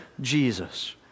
Jesus